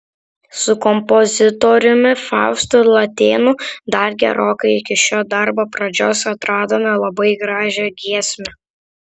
su kompozitoriumi faustu latėnu dar gerokai iki šio darbo pradžios atradome labai gražią giesmę